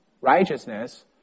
righteousness